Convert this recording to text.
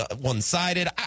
one-sided